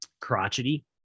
crotchety